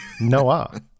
Noah